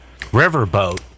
riverboat